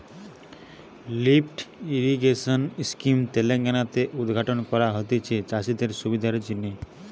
lift irrigation scheme Telangana তে উদ্ঘাটন করা হতিছে চাষিদের সুবিধার জিনে